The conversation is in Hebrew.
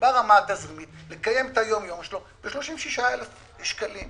ברמה התזרימית לקיים את היום-יום שלו ב-36,000 שקלים.